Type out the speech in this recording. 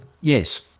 Yes